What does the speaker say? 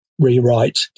rewrite